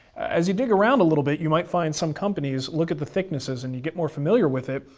as you dig around a little bit, you might find some companies. look at the thicknesses, and you get more familiar with it,